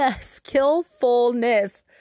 Skillfulness